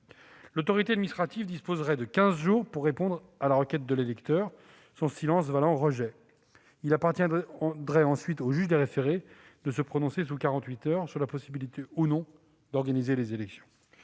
L'autorité administrative disposerait de quinze jours pour répondre à la requête de l'électeur, son silence valant rejet. Il appartiendrait ensuite au juge des référés de se prononcer sous quarante-huit heures sur la possibilité ou non d'organiser les élections.